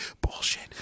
bullshit